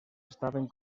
estaven